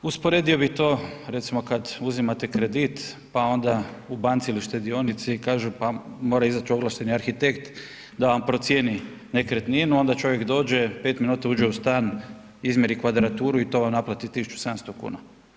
Usporedio bi to recimo kad uzimate kredit, pa onda u banci ili štedionici kažu pa mora izaći ovlašteni arhitekt da vam procijeni nekretninu, onda čovjek dođe, 5 minuta uđe u stan izmjeri kvadraturu i to vam naplati 1.700 kuna.